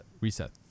reset